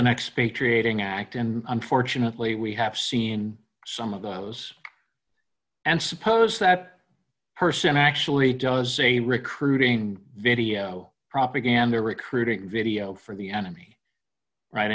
an expatriating act and unfortunately we have seen some of those and suppose that person actually does a recruiting video propaganda recruiting video for the enemy right